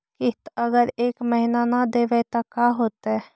किस्त अगर एक महीना न देबै त का होतै?